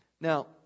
Now